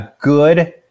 Good